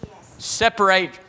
separate